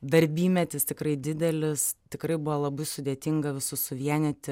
darbymetis tikrai didelis tikrai buvo labai sudėtinga visus suvienyti